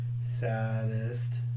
saddest